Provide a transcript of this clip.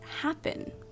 happen